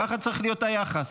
ככה צריך להיות היחס.